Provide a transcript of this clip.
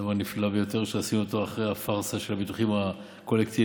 זה הדבר הנפלא ביותר שעשינו אחרי הפארסה של הביטוחים הקולקטיביים.